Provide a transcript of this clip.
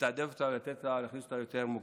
לתעדף אותם, לתת להם עדיפות לתוכנית.